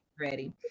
ready